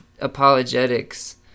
apologetics